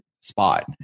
spot